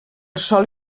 sòl